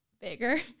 Bigger